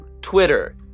Twitter